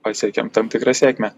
pasiekėm tam tikrą sėkmę